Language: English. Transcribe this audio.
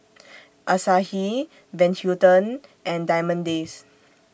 Asahi Van Houten and Diamond Days